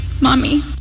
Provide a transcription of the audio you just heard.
Mommy